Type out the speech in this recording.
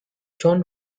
jon